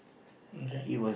okay